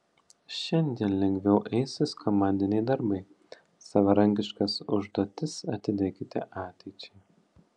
šiandien lengviau eisis komandiniai darbai savarankiškas užduotis atidėkite ateičiai